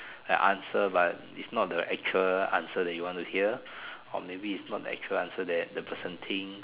like answer but it's not the actual answer that you wanna hear or maybe it's not the actual answer that the person thinks